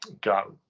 got